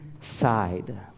side